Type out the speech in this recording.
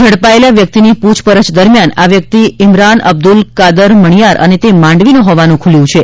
ઝડપાયેલા વ્યક્તિની પૂછપરછ દરમિયાન આ વ્યક્તિ ઇમરાન અબ્દુલ કાદર મણિયાર અને તે માંડવીનો હોવાનું ખૂલ્યું છે